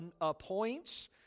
appoints